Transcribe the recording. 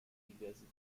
diversität